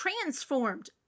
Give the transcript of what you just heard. transformed